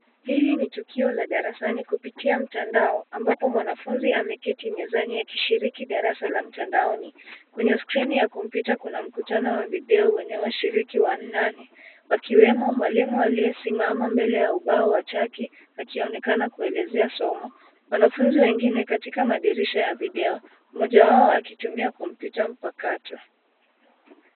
Hili ni tukio la darasa kupitia mtandao ameketi mezani akishiriki darasa la mtandaoni kwenye skrini ya kompyuta kuna mkutano wa video yenye washiriki wanane wakiwemo mwalimu aliyesimama mbele ya ubao wa chaki akionekana kuelezea somo. Wanafunzi wengine katika madirisha ya video moja wao akitumia kompyuta mpakato.